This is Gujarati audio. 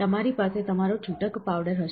તમારી પાસે તમારો છૂટક પાવડર હશે